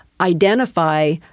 identify